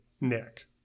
Nick